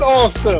awesome